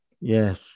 Yes